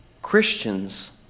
Christians